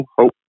hope